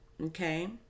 Okay